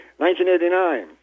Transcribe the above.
1989